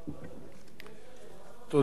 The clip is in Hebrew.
תודה, אדוני שר המשפטים.